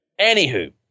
Anywho